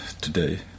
today